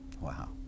Wow